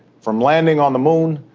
from landing on the moon,